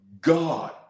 God